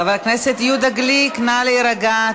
חבר הכנסת יהודה גליק, נא להירגע.